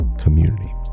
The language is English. community